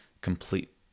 complete